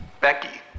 Becky